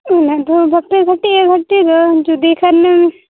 ᱩᱱᱟᱹᱜ ᱫᱚ ᱵᱟᱯᱮ ᱜᱷᱟᱹᱴᱤᱜᱼᱟ ᱜᱷᱟᱹᱴᱤ ᱫᱚ ᱡᱩᱫᱤ ᱠᱷᱟᱱ